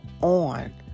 on